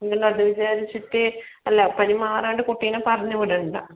നിങ്ങളത് വിചാരിച്ചിട്ട് അല്ല പനി മാറാണ്ട് കുട്ടിയെ പറഞ്ഞുവിടേണ്ട